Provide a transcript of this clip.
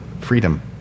freedom